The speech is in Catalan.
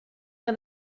que